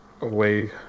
away